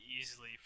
easily